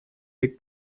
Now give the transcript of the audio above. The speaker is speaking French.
avec